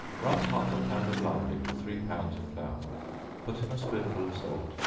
rub half a pound of lard into three pounds of flour put in a spoonful of salt,